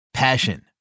Passion